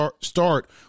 start